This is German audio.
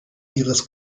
ihres